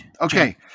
Okay